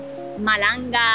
malanga